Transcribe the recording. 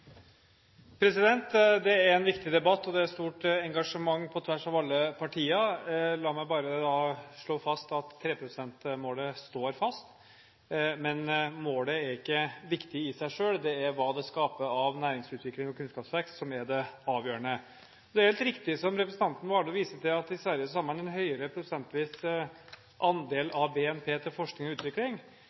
er en viktig debatt, og det er et stort engasjement på tvers av alle partier. La meg bare slå fast at 3 pst.-målet står fast, men målet er ikke viktig i seg selv; det er hva det skaper av næringsutvikling og kunnskapsvekst, som er det avgjørende. Det er helt riktig, som representanten Warloe viste til, at i Sverige har man en høyere prosentvis andel av BNP til forskning og utvikling,